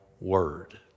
word